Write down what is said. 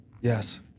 Yes